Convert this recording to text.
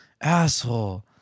asshole